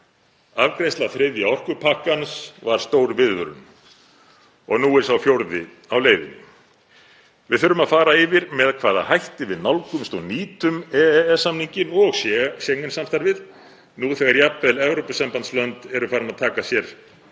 Afgreiðsla þriðja orkupakkans var stór viðvörun og nú er sá fjórði á leiðinni. Við þurfum að fara yfir með hvaða hætti við nálgumst og nýtum EES-samninginn og Schengen-samstarfið nú þegar jafnvel Evrópusambandslönd eru farin að taka að